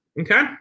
Okay